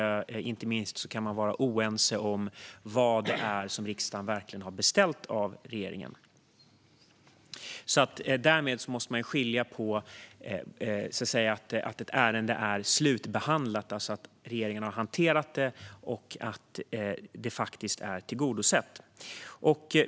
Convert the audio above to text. Inte minst kan man vara oense om vad riksdagen verkligen har beställt av regeringen. Därmed måste man skilja på att ett ärende är slutbehandlat, alltså att regeringen har hanterat det, och att det faktiskt är tillgodosett.